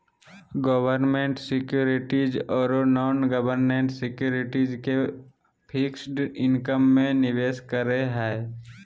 government securities ओरो non government securities के fixed income में निवेश करे हइ